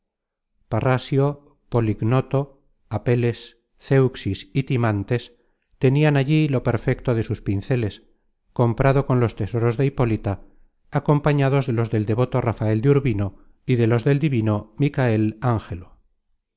polignoto apeles céuxis y timántes tenian allí lo perfecto de sus pinceles comprado con los tesoros de hipólita acompañados de los del devoto rafael de urbino y de los del divino micael angelo